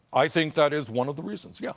i think that is one of the reasons, yeah